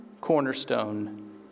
cornerstone